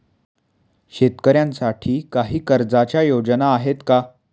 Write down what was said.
शेतकऱ्यांसाठी काही कर्जाच्या योजना आहेत का?